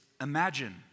Imagine